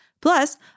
Plus